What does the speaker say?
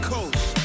Coast